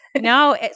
No